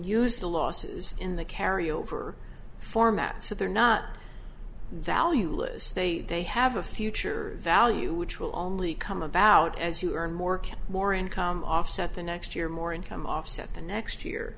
use the losses in the carryover format so they're not valueless they they have a future value which will only come about as you earn more cash more income offset the next year more income offset the next year